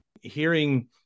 Hearing